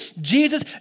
Jesus